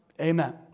Amen